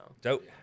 Dope